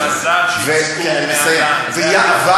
מה שחשוב, שמכונות מזל יוצאו מהליין, זה הכול.